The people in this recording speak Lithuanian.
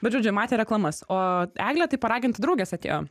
bet žodžiu matė reklamas o eglė tai paraginta draugės atėjo